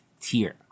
tier